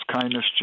kindness